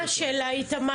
מה השאלה איתמר?